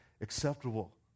acceptable